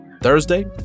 Thursday